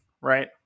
right